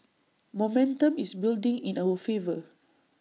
momentum is building in our favour